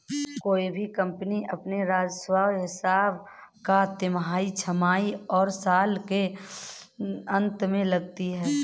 कोई भी कम्पनी अपने राजस्व का हिसाब हर तिमाही, छमाही और साल के अंत में लगाती है